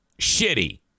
shitty